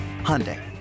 Hyundai